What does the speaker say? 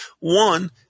One